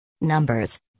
Numbers